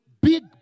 Big